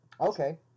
Okay